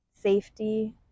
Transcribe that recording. safety